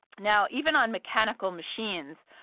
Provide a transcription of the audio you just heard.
now, even on mechanical machines,